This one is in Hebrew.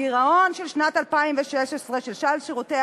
הגירעון של שנת 2016 של סל שירותי